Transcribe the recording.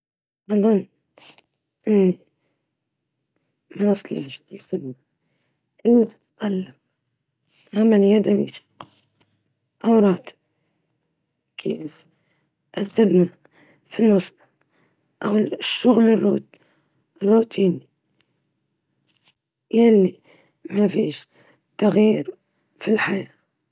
وظيفة تتطلب الدقة العالية والاهتمام بالتفاصيل الدقيقة بشكل مستمر، لا أعتقد أنني سأكون جيدًا فيها.